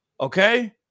okay